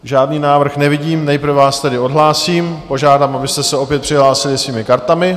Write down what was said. Žádný návrh nevidím, nejprve vás tedy odhlásím a požádám, abyste se opět přihlásili svými kartami.